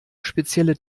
spezielle